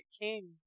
King